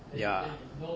ya